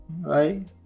Right